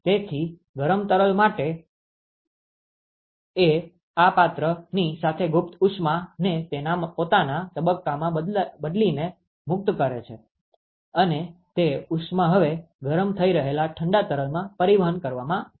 તેથી ગરમ તરલ એ આ પાત્રની સાથે ગુપ્ત ઉષ્માને તેના પોતાના તબક્કામાં બદલીને મુક્ત કરે છે અને તે ઉષ્મા હવે ગરમ થઇ રહેલા ઠંડા તરલમાં પરિવહન કરવામાં આવે છે